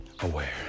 aware